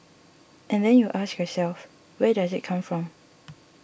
and then you ask yourself where does it come from